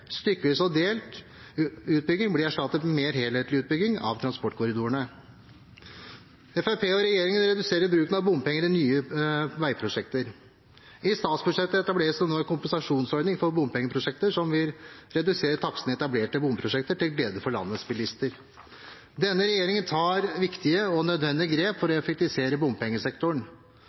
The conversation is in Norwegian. Stykkevis og delt utbygging blir erstattet med mer helhetlig utbygging av transportkorridorene. Fremskrittspartiet og regjeringen reduserer bruken av bompenger i nye veiprosjekter. I statsbudsjettet etableres det nå en kompensasjonsordning for bompengeprosjekter som vil redusere takstene i etablerte bomprosjekter, til glede for landets bilister. Denne regjeringen tar viktige og nødvendige grep for å effektivisere bompengesektoren.